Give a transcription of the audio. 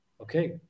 Okay